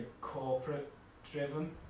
corporate-driven